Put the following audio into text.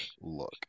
look